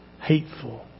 hateful